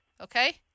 Okay